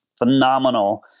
phenomenal